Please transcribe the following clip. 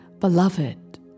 Beloved